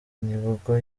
nibwo